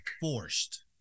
forced